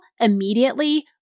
immediately